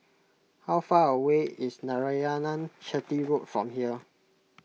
how far away is Narayanan Chetty Road from here